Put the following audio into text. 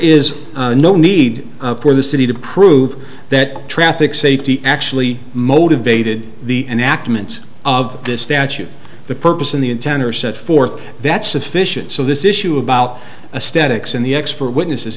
is no need for the city to prove that traffic safety actually motivated the enactment of this statute the purpose of the intent or set forth that sufficient so this issue about a statics in the expert witness